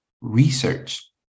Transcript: research